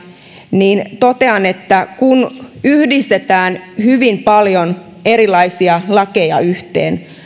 niin totean että kun yhdistetään hyvin paljon erilaisia lakeja yhteen ja